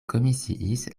komisiis